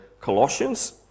Colossians